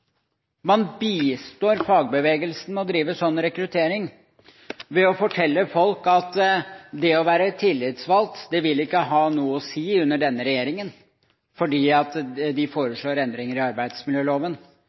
man bistår fagbevegelsen i å drive slik rekruttering ved å fortelle folk at det å være tillitsvalgt ikke vil ha noe å si under denne regjeringen fordi